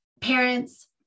parents